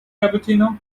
cappuccino